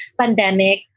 pandemic